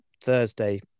Thursday